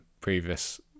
previous